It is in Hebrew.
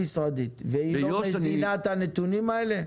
והיא לא מזינה את הנתונים האלה?